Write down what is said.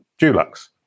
Dulux